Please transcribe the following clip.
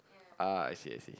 ah I see I see